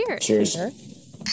Cheers